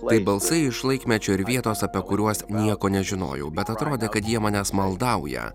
tai balsai iš laikmečio ir vietos apie kuriuos nieko nežinojau bet atrodė kad jie manęs maldauja